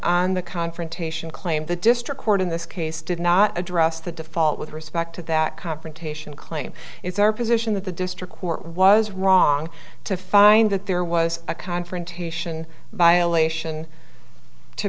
on the confrontation claim the district court in this case did not address the default with respect to that confrontation claim it's our position that the district court was wrong to find that there was a confrontation violation to